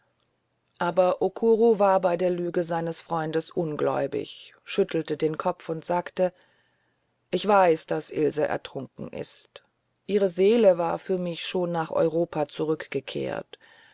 aber okuro war bei der lüge seines freundes ungläubig schüttelte den kopf und sagte ich weiß daß ilse ertrunken ist ihre seele war für mich schon nach europa zurückgekehrt